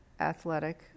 athletic